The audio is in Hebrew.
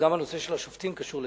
גם נושא השופטים קשור לכסף,